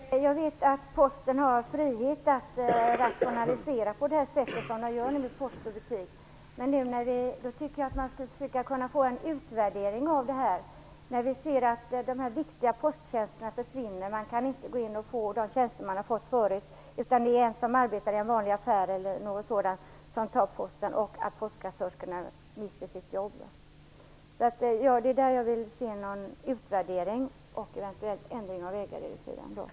Fru talman! Jag vet att Posten har frihet att rationalisera på det sätt som man gör i sin verksamhet med post-i-butik. Men jag tycker då att vi borde kunna få en utvärdering av verksamheten. Vi ser att en del viktiga posttjänster försvinner. Man kan nu inte få samma tjänster utförda som tidigare, utan det är en anställd i en vanlig affär som tar hand om posten, och postkassörskorna mister sina jobb. Jag skulle vilja se en utvärdering av detta och eventuellt också en ändring av verksamheten.